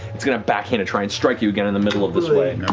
it's going to back hand to try and strike you again in the middle of this way.